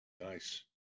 nice